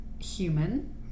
human